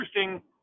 interesting